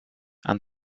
aan